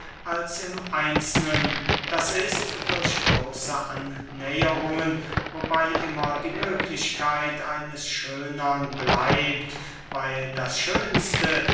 als im einzelnen das ist durch bloße annäherungen wobey immer die möglichkeit eines schönern bleibt weil das schönste